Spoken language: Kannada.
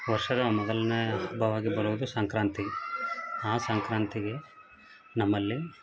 ವರ್ಷದ ಮೊದಲನೇ ಹಬ್ಬವಾಗಿ ಬರೋದೇ ಸಂಕ್ರಾಂತಿ ಆ ಸಂಕ್ರಾಂತಿಗೆ ನಮ್ಮಲ್ಲಿ